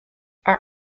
are